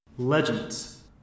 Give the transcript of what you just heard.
Legends